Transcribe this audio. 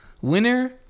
Winner